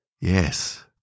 Yes